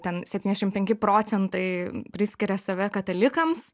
ten septyniasdešim penki procentai priskiria save katalikams